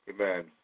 Amen